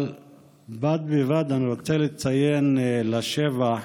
אבל בד בבד אני רוצה לציין לשבח